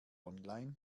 online